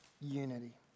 unity